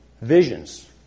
visions